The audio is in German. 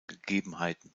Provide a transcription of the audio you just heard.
gegebenheiten